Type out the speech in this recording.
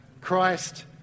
Christ